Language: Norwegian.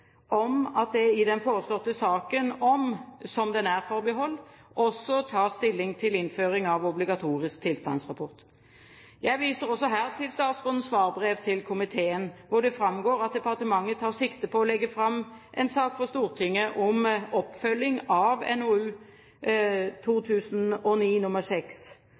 om at det i den foreslåtte saken om «som den er»-forbehold også tas stilling til innføring av obligatorisk tilstandsrapport. Jeg viser også her til statsrådens svarbrev til komiteen, hvor det framgår at departementet tar sikte på å legge fram en sak for Stortinget om oppfølging av NOU